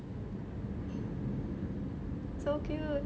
so cute